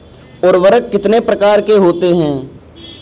उर्वरक कितने प्रकार के होते हैं?